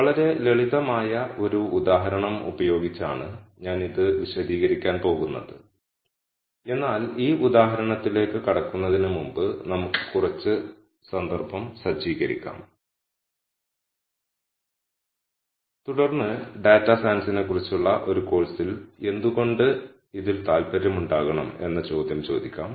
വളരെ ലളിതമായ ഒരു ഉദാഹരണം ഉപയോഗിച്ചാണ് ഞാൻ ഇത് വിശദീകരിക്കാൻ പോകുന്നത് എന്നാൽ ഈ ഉദാഹരണത്തിലേക്ക് കടക്കുന്നതിന് മുമ്പ് നമുക്ക് കുറച്ച് സന്ദർഭം സജ്ജീകരിക്കാം തുടർന്ന് ഡാറ്റാ സയൻസിനെക്കുറിച്ചുള്ള ഒരു കോഴ്സിൽ എന്തുകൊണ്ട് ഇതിൽ താൽപ്പര്യമുണ്ടാകണം എന്ന ചോദ്യം ചോദിക്കാം